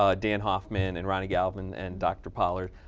ah dan hoffman and ronnie galvin and dr pollard,